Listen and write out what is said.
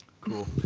cool